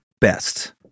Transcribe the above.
best